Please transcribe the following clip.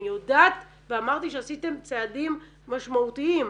אני יודעת ואמרתי שעשיתם צעדים משמעותיים,